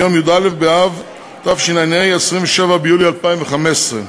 מיום י"א באב, התשע"ה, 27 ביולי 2015: